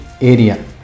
area